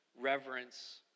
reverence